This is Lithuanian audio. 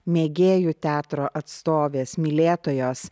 mėgėjų teatro atstovės mylėtojos